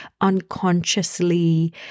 unconsciously